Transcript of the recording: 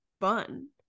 fun